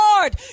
Lord